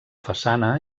façana